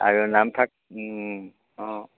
আৰু নামফাক অঁ